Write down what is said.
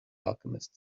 alchemist